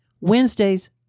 Wednesdays